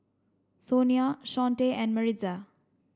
Sonia Shawnte and Maritza